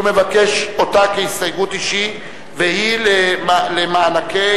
מבקש אותה כהסתייגות אישית והיא למענקי,